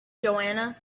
joanna